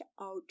out